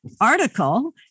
article